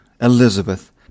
Elizabeth